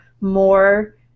more